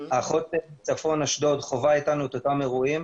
האחות מצפון, אשדוד, חווה אתנו את אותם אירועים.